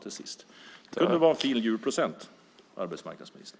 Det skulle vara en fin julpresent, arbetsmarknadsministern.